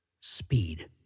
Speed